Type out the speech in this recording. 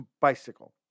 bicycle